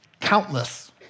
Countless